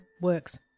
works